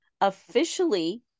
Officially